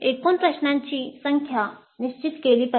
एकूण प्रश्नांची संख्या निश्चित केली पाहिजे